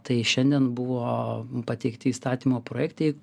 tai šiandien buvo pateikti įstatymo projektai